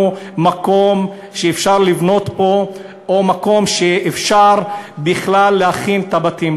מקום שאפשר לבנות בו או מקום שאפשר בכלל להכין את הבתים.